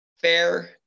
fair